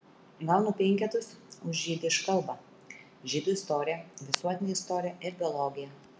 gaunu penketus už jidiš kalbą žydų istoriją visuotinę istoriją ir biologiją